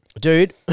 Dude